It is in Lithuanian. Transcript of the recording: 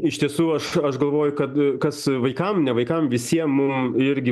iš tiesų aš aš galvoju kad kas vaikam ne vaikam visiem mum irgi